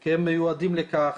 כי הם מיועדים לכך,